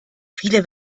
viele